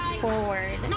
forward